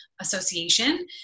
Association